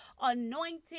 anointed